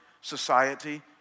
society